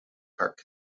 cart